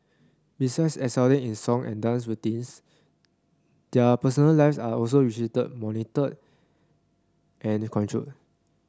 besides excelling in song and dance routines their personal lives are also strictly monitored and controlled